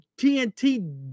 TNT